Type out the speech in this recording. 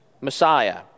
Messiah